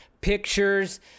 pictures